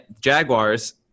Jaguars